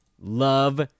Love